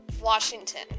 Washington